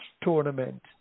tournament